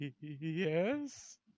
yes